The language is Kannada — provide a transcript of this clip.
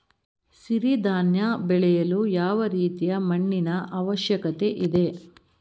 ಸಿರಿ ಧಾನ್ಯ ಬೆಳೆಯಲು ಯಾವ ರೀತಿಯ ಮಣ್ಣಿನ ಅವಶ್ಯಕತೆ ಇದೆ?